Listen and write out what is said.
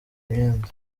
imyenda